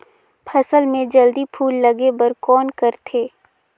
फसल मे जल्दी फूल लगे बर कौन करथे?